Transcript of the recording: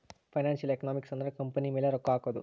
financial economics ಅಂದ್ರ company ಮೇಲೆ ರೊಕ್ಕ ಹಕೋದು